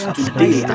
Today